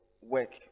work